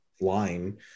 line